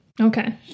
okay